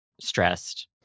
stressed